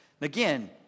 Again